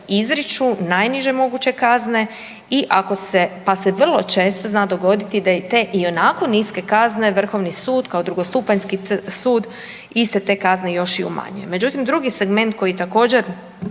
izriču najniže moguće kazne, pa se vrlo često zna dogoditi da i te ionako niske kazne vrhovni sud kao drugostupanjski sud iste te kazne još i umanjuje. Međutim, drugi segment koji također